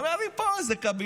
אומר לי, פה, איזה קבינט,